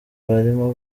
barimo